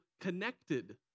connected